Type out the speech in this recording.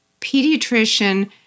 pediatrician